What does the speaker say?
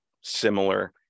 similar